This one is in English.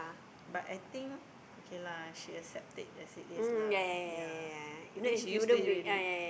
but I think okay lah she accept it as it is lah ya I think she used to it already